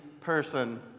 person